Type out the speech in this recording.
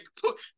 put